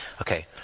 Okay